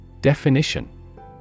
Definition